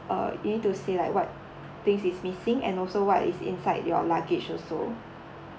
uh you need to say like what thing is missing and also what is inside your luggage also